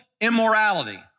immorality